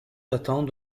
battants